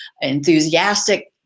enthusiastic